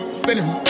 spinning